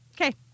Okay